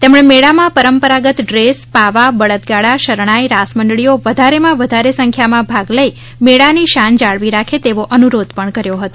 તેમણે મેળામાં પરંપરાગત ડ્રેસ પાવા બળદ ગાડા શરણાઇ રાસમંડળીઓ વધારેમાં વધારે સંખ્યામાં ભાગ લઇ મેળાની શાન જાળવી રાખે તેવો અનુરોધ પણ કર્યો હતો